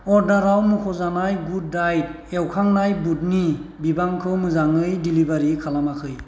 अर्डाराव मुंख'जानाय good diet एवखांनाय बुटनि बिबांखौ मोजाङै डिलिभारि खालामाखै